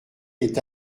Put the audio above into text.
est